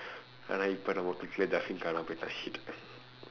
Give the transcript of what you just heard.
ஆனா இப்ப நம்ம:aanaa ippa namma clique-lae jafin காணாம போயிட்டான்:kaanaama pooyitdaan shit